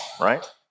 right